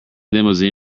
limousine